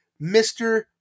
Mr